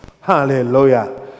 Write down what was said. Hallelujah